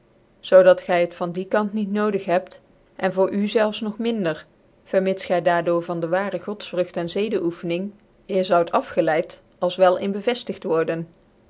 dat gv het van die kant niet nodig hebt en voor u zelfs nog minder vermits gy daar door van de waarc godsvrugt cn zcdcocftening eer zond afgeleid als wel in beveiligt worden